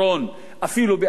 אפילו בארצות-הברית,